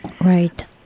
Right